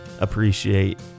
appreciate